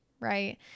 Right